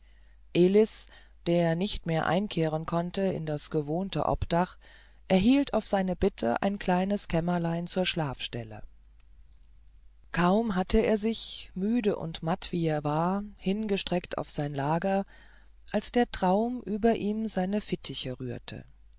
elis der nicht mehr einkehren konnte in das gewohnte obdach erhielt auf sein bitten ein kleines kämmerlein zur schlafstelle kaum hatte er sich müde und matt wie er war hingestreckt auf sein lager als der traum über ihm seine fittiche rührte